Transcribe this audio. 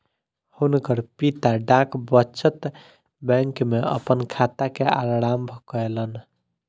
हुनकर पिता डाक बचत बैंक में अपन खाता के आरम्भ कयलैन